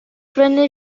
prynu